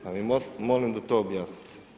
Pa mi molim da to objasnite.